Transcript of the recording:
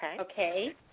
Okay